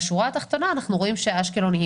בשורה התחתונה אנחנו רואים שאשקלון היא